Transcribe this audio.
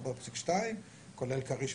4.2 כולל כריש,